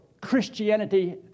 Christianity